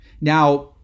Now